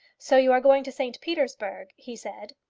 so you are going to st. petersburg? he said.